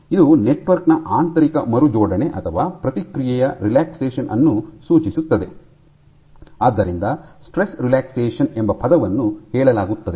ಇದು ನೆಟ್ವರ್ಕ್ ನ ಆಂತರಿಕ ಮರುಜೋಡಣೆ ಅಥವಾ ಪ್ರತಿಕ್ರಿಯೆಯ ರೇಲಾಕ್ಸ್ಯಾಷನ್ ಅನ್ನು ಸೂಚಿಸುತ್ತದೆ ಆದ್ದರಿಂದ ಸ್ಟ್ರೆಸ್ ರೇಲಾಕ್ಸ್ಯಾಷನ್ ಎಂಬ ಪದವನ್ನು ಹೇಳಲಾಗುತ್ತದೆ